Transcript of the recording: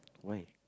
why